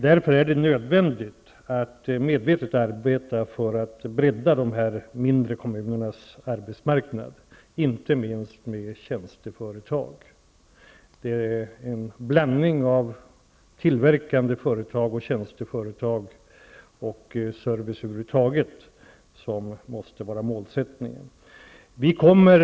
Därför är det nödvändigt att medvetet arbeta för att bredda de mindre kommunernas arbetsmarknad, inte minst med tjänsteföretag. En blandning av tillverkande företag och tjänsteföretag och service över huvud taget måste vara målsättningen.